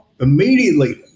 immediately